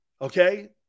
okay